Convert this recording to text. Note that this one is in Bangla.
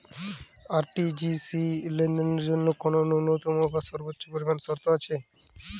আর.টি.জি.এস লেনদেনের জন্য কোন ন্যূনতম বা সর্বোচ্চ পরিমাণ শর্ত আছে?